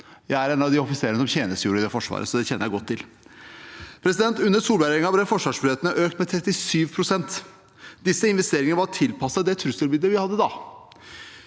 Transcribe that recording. Jeg er en av de offiserene som tjenestegjorde i det forsvaret, så det kjenner jeg godt til. Under Solberg-regjeringen ble forsvarsbudsjettene økt med 37 pst. Disse investeringene var tilpasset det trusselbildet vi hadde da.